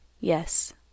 Yes